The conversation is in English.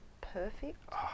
perfect